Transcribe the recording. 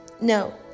no